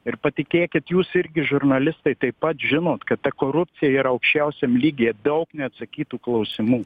ir patikėkit jūs irgi žurnalistai taip pat žinot kad ta korupcija yra aukščiausiam lygyje daug neatsakytų klausimų